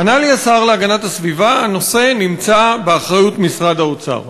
ענה לי השר להגנת הסביבה: הנושא נמצא באחריות משרד האוצר.